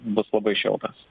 bus labai šiltas